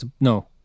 No